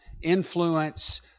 influence